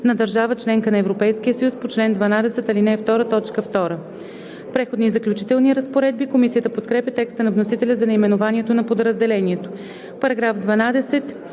на държава – членка на Европейския съюз, по чл. 12, ал. 2, т. 2“.“ „Преходни и заключителни разпоредби“. Комисията подкрепя текста на вносителя за наименованието на подразделението. По § 12